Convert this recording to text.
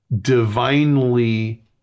divinely